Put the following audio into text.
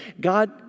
God